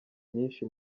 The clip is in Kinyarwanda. nyinshi